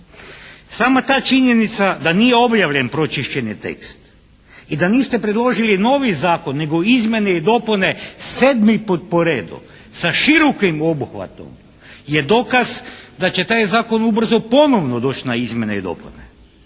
Sama ta činjenica da nije objavljen pročišćeni tekst i da niste predložili novi zakon nego izmjene i dopune 7. put po redu sa širokim obuhvatom je dokaz da će taj zakon ubrzo ponovno doći da na izmjene i dopune.